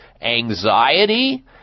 anxiety